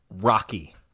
Rocky